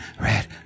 red